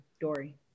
Dory